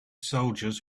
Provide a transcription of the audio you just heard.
soldiers